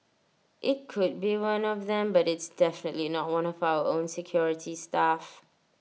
IT could be one of them but it's definitely not one of our security staff